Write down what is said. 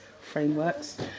frameworks